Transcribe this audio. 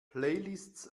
playlists